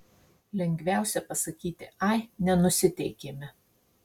lengviausia pasakyti ai nenusiteikėme